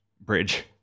bridge